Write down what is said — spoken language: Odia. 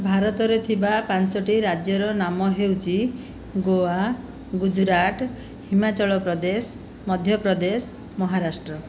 ଭାରତରେ ଥିବା ପାଞ୍ଚଟି ରାଜ୍ୟର ନାମ ହେଉଛି ଗୋଆ ଗୁଜୁରାଟ ହିମାଚଳପ୍ରଦେଶ ମଧ୍ୟପ୍ରଦେଶ ମହାରାଷ୍ଟ୍ର